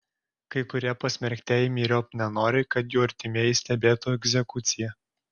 kai kurie pasmerktieji myriop nenori kad jų artimieji stebėtų egzekuciją